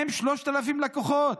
עם 3,000 לקוחות.